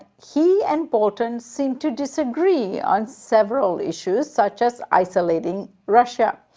he and bolton seem to disagree on several issues, such as isolating russia,